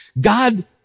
God